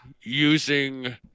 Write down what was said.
using